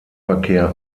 verkehr